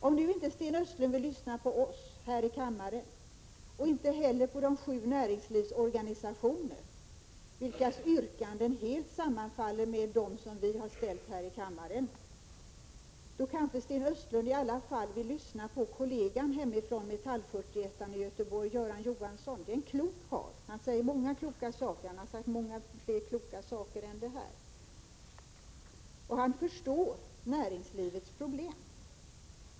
Om nu inte Sten Östlund vill lyssna på oss här i kammaren och inte heller på de sju näringslivsorganisationerna, vilkas yrkanden helt sammanfaller med dem som vi har ställt här i kammaren, kanske Sten Östlund i alla fall vill lyssna på kollegan hemifrån Metallfyrtioettan i Göteborg, Göran Johansson. Det är en klok karl. Han säger många kloka saker — han har sagt fler kloka saker än det jag nu har refererat. Han förstår näringslivets problem.